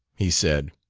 he said.